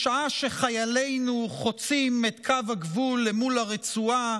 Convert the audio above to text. בשעה שחיילינו חוצים את קו הגבול מול הרצועה,